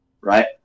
right